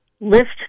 lift